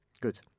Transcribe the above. good